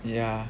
yeah